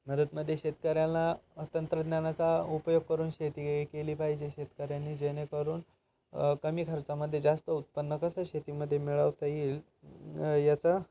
नरतमध्ये शेतकऱ्यांना तंत्रज्ञानाचा उपयोग करून शेती केली पाहिजे शेतकऱ्यांनी जेणेकरून कमी खर्चामध्ये जास्त उत्पन्न कसं शेतीमध्ये मिळवता येईल याचा